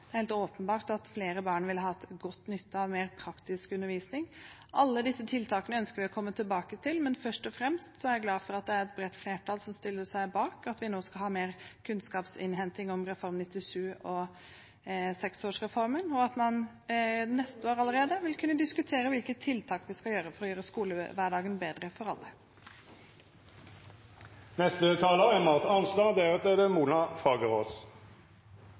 Det er helt åpenbart at flere barn ville hatt god nytte av mer praktisk undervisning. Alle disse tiltakene ønsker vi å komme tilbake til. Men først og fremst er jeg glad for at det er et bredt flertall som stiller seg bak at vi nå skal ha mer kunnskapsinnhenting om Reform 97 og seksårsreformen, og at man allerede neste år vil kunne diskutere hvilke tiltak vi skal gjøre for å gjøre skolehverdagen bedre for alle. Som en av forslagsstillerne, er